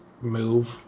move